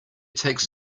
takes